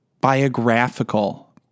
biographical